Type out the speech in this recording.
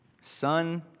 son